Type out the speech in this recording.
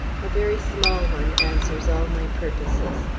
a very small one answers all my purposes.